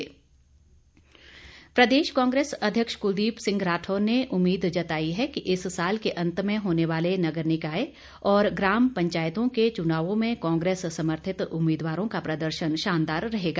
राढौर प्रदेश कांग्रेस अध्यक्ष कुलदीप सिंह राठौर ने उम्मीद जताई है कि इस साल के अंत में होने वाले नगर निकाय और ग्राम पंचायतों के चुनावों में कांग्रेस समर्थित उम्मीदवारों का प्रदर्शन शानदार रहेगा